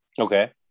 Okay